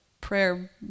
prayer